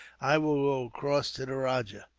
i will go across to the rajah.